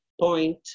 point